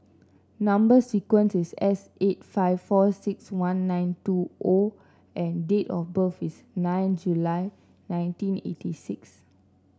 number sequence is S eight five four six one nine two O and date of birth is nine July nineteen eighty six